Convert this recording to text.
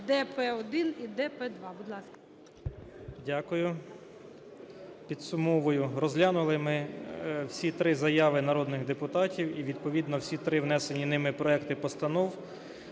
ПИНЗЕНИК П.В. Дякую. Підсумовую. Розглянули ми всі три заяви народних депутатів і відповідно всі три внесені ними проекти постанов.